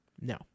No